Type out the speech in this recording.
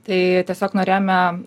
tai tiesiog norėjome